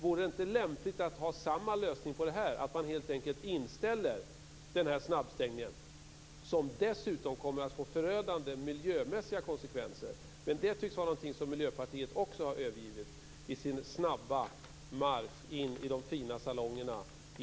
Vore det inte lämpligt att ha samma lösning på det här och helt enkelt inställa snabbstängningen, som dessutom kommer att få förödande miljömässiga konsekvenser? Det tycks vara något som Miljöpartiet också har övergivit i sin snabba marsch in i de fina salongerna i